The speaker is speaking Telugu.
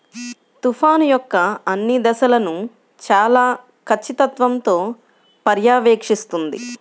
తుఫాను యొక్క అన్ని దశలను చాలా ఖచ్చితత్వంతో పర్యవేక్షిస్తుంది